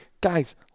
Guys